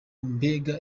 mbega